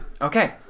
Okay